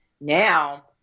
now